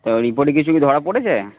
তো রিপোর্টে কিছু কি ধরা পড়েছে